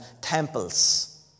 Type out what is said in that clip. temples